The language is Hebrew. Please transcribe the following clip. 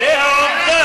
זו העובדה.